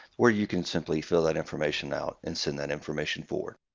where you can simply fill that information out and send that information forward.